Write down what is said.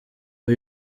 com